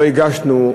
לא הגשנו,